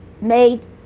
made